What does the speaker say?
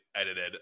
edited